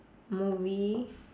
movie